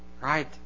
Right